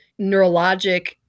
neurologic